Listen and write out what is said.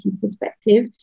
perspective